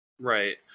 Right